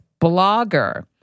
blogger